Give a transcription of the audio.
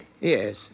Yes